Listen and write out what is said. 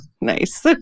Nice